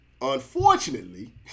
unfortunately